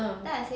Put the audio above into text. ah